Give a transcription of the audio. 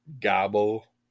Gobble